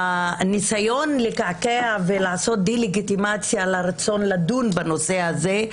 הניסיון לקעקע ולעשות דה לגיטימציה לרצון לדון בנושא הזה,